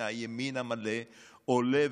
הימין, הימין המלא עולה,